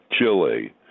Chile